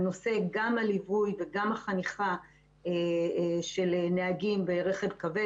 נושא הליווי וגם על נושא החניכה של נהגים ברכב כבד.